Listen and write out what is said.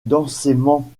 densément